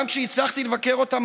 גם כשהצלחתי לבקר אותם,